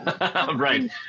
Right